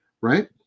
right